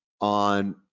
on